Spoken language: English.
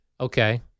Okay